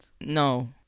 No